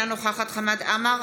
אינה נוכחת חמד עמאר,